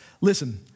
Listen